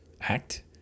act